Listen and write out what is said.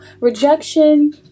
rejection